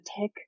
tech